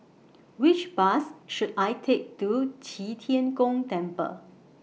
Which Bus should I Take to Qi Tian Gong Temple